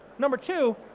number two,